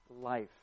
life